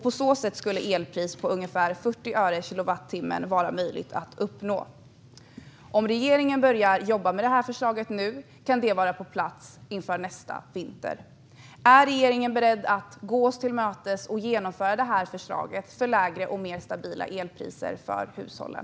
På så sätt skulle ett elpris på ungefär 40 öre per kilowattimme vara möjligt att uppnå. Om regeringen börjar jobba med detta förslag nu kan det var på plats inför nästa vinter. Är regeringen beredd att gå oss till mötes och genomföra detta förslag för lägre och mer stabila elpriser för hushållen?